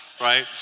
right